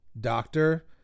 doctor